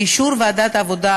באישור ועדת העבודה,